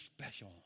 special